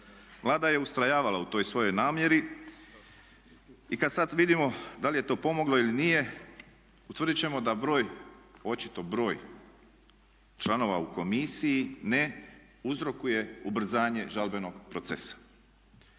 Vlada je ustrajavala u toj svojoj namjeri i kad sad vidimo da li je to pomoglo ili nije utvrdit ćemo da broj, očito broj članova u komisiji ne uzrokuje ubrzanje žalbenog procesa.